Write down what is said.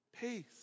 peace